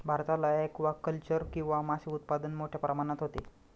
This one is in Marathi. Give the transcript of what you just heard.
भारतात ॲक्वाकल्चर किंवा मासे उत्पादन मोठ्या प्रमाणात होते